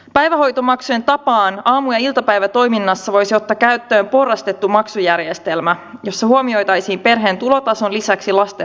päivähoitomaksujen tapaan aamu ja iltapäivätoiminnassa voisi ottaa käyttöön porrastetun maksujärjestelmän jossa huomioitaisiin perheen tulotason lisäksi lasten lukumäärä